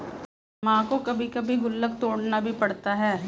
मां को कभी कभी गुल्लक तोड़ना भी पड़ता है